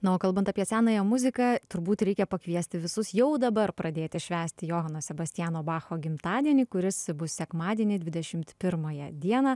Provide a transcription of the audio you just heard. na o kalbant apie senąją muziką turbūt reikia pakviesti visus jau dabar pradėti švęsti johano sebastijano bacho gimtadienį kuris bus sekmadienį dvidešimt pirmąją dieną